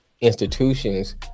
institutions